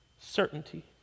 Certainty